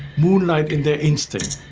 moonlight in their instinct.